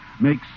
makes